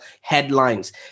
headlines